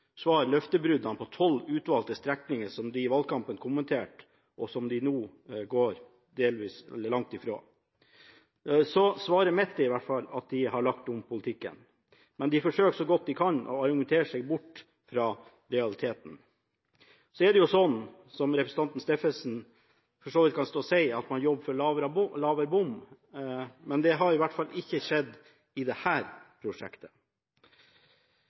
forsvare løftebruddene på tolv utvalgte strekninger som de kommenterte i valgkampen, og som de nå går delvis, eller langt, bort fra. Så svaret mitt, i hvert fall, er at de har lagt om politikken. Men de forsøker så godt de kan å argumentere seg bort fra realiteten. Så er det jo sånn, som representanten Steffensen for så vidt kan stå og si, at man jobber for lavere bompengeandel, men det har i hvert fall ikke skjedd i dette prosjektet. Så kan det